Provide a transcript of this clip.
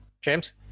James